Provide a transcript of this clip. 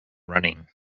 running